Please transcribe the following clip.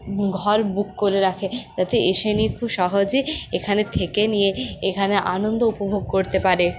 ঘর বুক করে রাখে যাতে এসে নিয়ে খুব সহজে এখানে থেকে নিয়ে এখানে আনন্দ উপভোগ করতে পারে